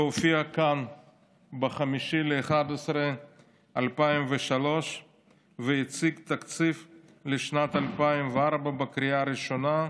שהופיע כאן ב-5 בנובמבר 2003 והציג תקציב לשנת 2004 בקריאה ראשונה,